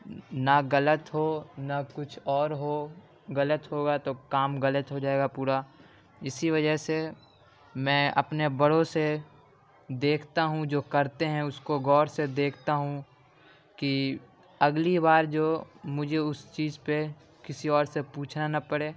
نہ غلط ہو نہ کچھ اور ہو غلط ہوگا تو کام غلط ہو جائے گا پورا اسی وجہ سے میں اپنے بڑوں سے دیکھتا ہوں جو کرتے ہیں اس کو غور سے دیکھتا ہوں کہ اگلی بار جو مجھے اس چیز پہ کسی اور سے پوچھنا نہ پڑے